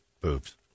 boobs